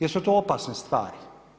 Jer su to opasne stvari.